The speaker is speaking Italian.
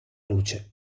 luce